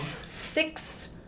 Six